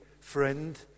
friend